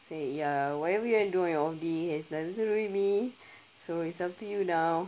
it's like ya whatever you're doing has nothing to do with me so it's up to you now